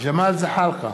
ג'מאל זחאלקה,